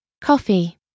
Coffee